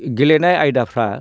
गेलेनाय आयदाफोरा